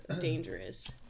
dangerous